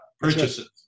purchases